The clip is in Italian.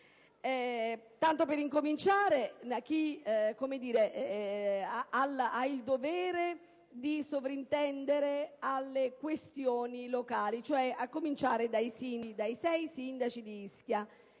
tanto per cominciare in chi ha il dovere di sovrintendere alle questioni locali, cioè i sei sindaci di Ischia,